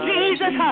Jesus